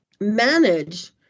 manage